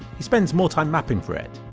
he spends more time mapping for it,